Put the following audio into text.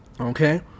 okay